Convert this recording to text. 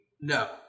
No